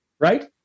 Right